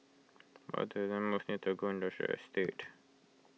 what near Tagore Industrial Estate